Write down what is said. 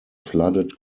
flooded